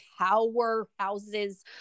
powerhouses